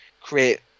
create